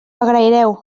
agraireu